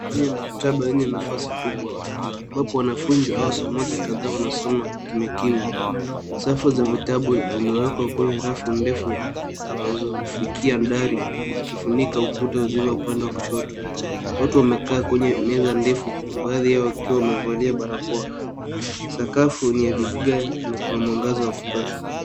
Eneo ya maktaba yenye nafasi kubwa ambapo wanafunzi au wasomaji kadhaa wanasoma kimya kimya. Safu za vitabu zimewekwa kwenye rafu ndefu yaliyofikia dari zikifunika ukuta mzima upande wa kushoto. Watu wamekaa kwenye meza ndefu, baadhi yao wakiwa wamevalia barakoa. Sakafu ni ya vigae na kuna mwangaza wa kutosha.